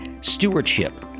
Stewardship